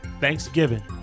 Thanksgiving